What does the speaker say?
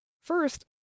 First